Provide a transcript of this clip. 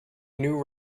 new